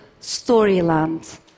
Storyland